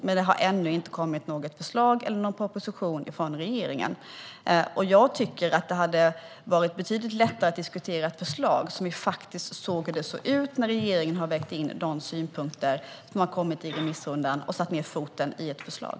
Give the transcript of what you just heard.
Men det har ännu inte kommit något förslag eller någon proposition från regeringen. Det hade varit betydligt lättare att diskutera ett förslag när vi faktiskt ser hur det ser ut när regeringen har vägt in de synpunkter som har kommit i remissrundan och satt ned foten i ett förslag.